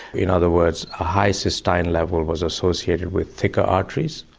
in other words a high cystine level was associated with thicker arteries,